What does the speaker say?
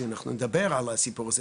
אנחנו נדבר על הסיפור הזה,